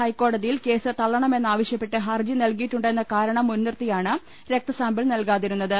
ഹൈക്കോടതിയിൽ കേസ് തള്ളണമെന്നാവശ്യപ്പെട്ട് ഹർജി നൽകിയിട്ടുണ്ടെന്ന കാരണം മുൻനിർത്തിയാണ് രക്തസാമ്പിൾ നൽകാതിരുന്ന ത്